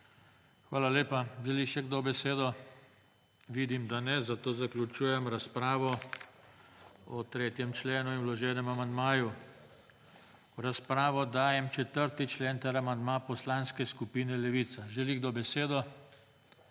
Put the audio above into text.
Hvala lepa. Želi še kdo besedo? Vidim, da ne, zato zaključujem razpravo o 3. členu in vloženem amandmaju. V razpravo dajem 4. člen ter amandma Poslanske skupine Levica. Želi kdo besedo?